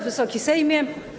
Wysoki Sejmie!